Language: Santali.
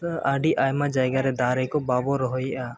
ᱟᱹᱰᱤ ᱟᱭᱢᱟ ᱡᱟᱭᱜᱟ ᱨᱮ ᱫᱟᱨᱮᱠᱚ ᱵᱟᱵᱚ ᱨᱚᱦᱚᱭᱮᱫᱼᱟ